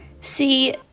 See